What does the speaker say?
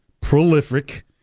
prolific